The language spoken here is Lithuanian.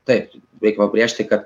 taip reik pabrėžti kad